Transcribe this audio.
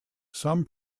some